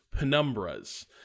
penumbras